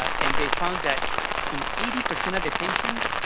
and they found that in eighty percent of the patients,